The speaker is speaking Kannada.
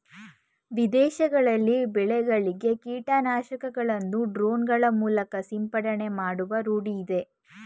ವಿದೇಶಗಳಲ್ಲಿ ಬೆಳೆಗಳಿಗೆ ಕೀಟನಾಶಕಗಳನ್ನು ಡ್ರೋನ್ ಗಳ ಮೂಲಕ ಸಿಂಪಡಣೆ ಮಾಡುವ ರೂಢಿಯಿದೆ